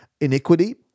iniquity